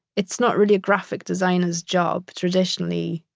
it's not really a graphic designer's job, traditionally,